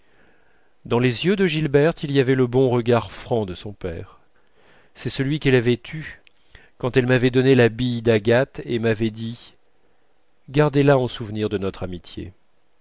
dans les yeux de gilberte il y avait le bon regard franc de son père c'est celui qu'elle avait eu quand elle m'avait donné la bille d'agate et m'avait dit gardez-la en souvenir de notre amitié